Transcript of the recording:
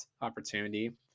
opportunity